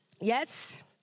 Yes